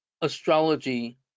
astrology